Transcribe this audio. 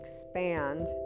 expand